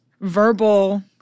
verbal